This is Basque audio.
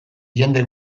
jende